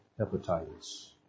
hepatitis